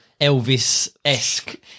Elvis-esque